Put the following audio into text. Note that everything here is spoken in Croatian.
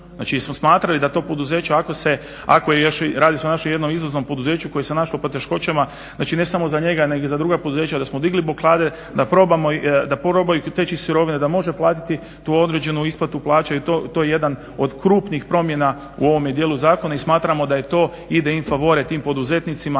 Znači jer smo smatrali da to poduzeće ako je, radi se o našem jednom izvrsnom poduzeću koje se našlo u poteškoćama znači ne samo za njega nego i za druga poduzeća da smo digli blokade, da probaju teći sirovine, da može platiti tu određenu isplatu plaće i to je jedan od krupnih promjena u ovome djelu zakona i smatramo da je to ide infa favore tim poduzetnicima